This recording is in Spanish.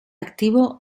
activo